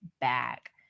back